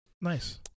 Nice